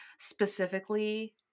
specifically